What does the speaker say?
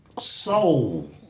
soul